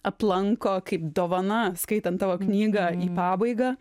aplanko kaip dovana skaitant tavo knygą į pabaigą